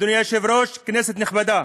אדוני היושב-ראש, כנסת נכבדה,